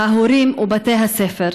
ההורים ובתי הספר.